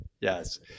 yes